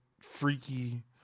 freaky